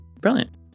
Brilliant